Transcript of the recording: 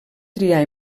triar